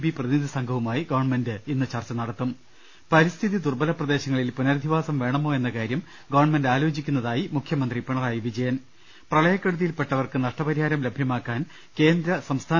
B പ്രതിനിധിസംഘവുമായി government ഇന്ന് ചർച്ച നടത്തും പരിസ്ഥിതി ദുർബലപ്രദേശങ്ങളിൽ പുനരധിവാസം വേണമോയെന്ന കാര്യം ഗവൺമെന്റ് ആലോചിക്കുന്നതായി മുഖ്യമന്ത്രി പിണറായി വിജയൻ പ്രളയക്കെടുതിയിൽപ്പെട്ടവർക്ക് നഷ്ടപരിഹാരം ലഭ്യമാക്കാൻ കേന്ദ്ര സംസ്ഥാന